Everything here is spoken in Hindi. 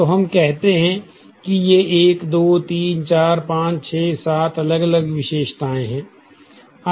तो हम कहते हैं कि ये 1 2 3 4 5 6 7 अलग अलग विशेषताएं हैं